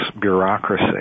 bureaucracy